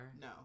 No